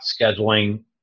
scheduling